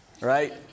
right